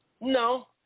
No